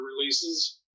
releases